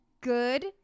Good